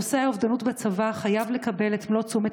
נושא האובדנות בצבא חייב לקבל את מלוא תשומת